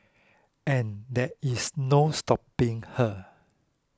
and there is no stopping her